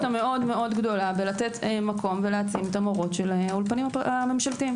המאוד גדולה בלתת מקום ולהעצים את המורות של האולפנים הממשלתיים.